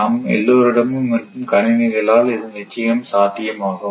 நம் எல்லோரிடமும் இருக்கும் கணினிகளால் இது நிச்சயம் சாத்தியமாகும்